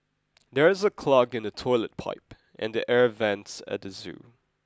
there is a clog in the toilet pipe and the air vents at the zoo